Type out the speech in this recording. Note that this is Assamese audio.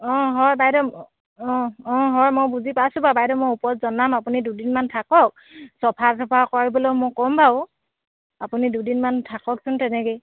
অঁ হয় বাইদেউ অঁ অঁ হয় মই বুজি পাইছোঁ বাৰু বাইদেউ মই ওপৰত জনাম আপুনি দুদিনমান থাকক চফা তফা কৰিবলৈ মই ক'ম বাৰু আপুনি দুদিনমান থাককচোন তেনেকৈয়ে